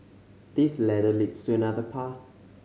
this ladder leads to another path